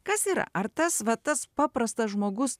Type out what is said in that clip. kas yra ar tas va tas paprastas žmogus